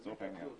לצורך העניין.